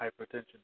hypertension